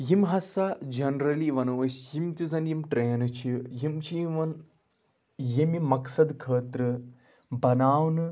یِم ہَسا جَنرٔلی وَنو أسۍ یِم تہِ زَن یِم ٹرٛینہٕ چھِ یِم چھِ یِوان ییٚمہِ مقصد خٲطرٕ بَناونہٕ